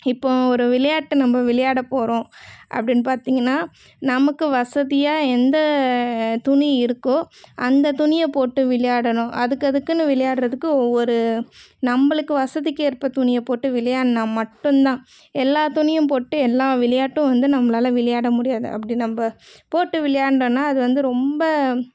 இப்போது ஒரு விளையாட்டு நம்ம விளையாடப்போகிறோம் அப்படினு பார்த்தீங்கன்னா நமக்கு வசதியாக எந்த துணி இருக்கோ அந்த துணியை போட்டு விளையாடணும் அதுக்கு அதுகென்னு விளையாடுறதுக்கு ஒவ்வொரு நம்மளுக்கு வசதிக்கு ஏற்ப துணியை போட்டு விளையாடினா மட்டும்தான் எல்லா துணியும் போட்டு எல்லா விளையாட்டும் வந்து நம்மளால் விளையாட முடியாது அப்படி நம்ம போட்டு விளையாண்டோம்னா அதுவந்து ரொம்ப